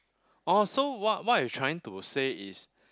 oh so what what I'm trying to say is